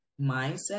mindset